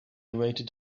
waited